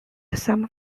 some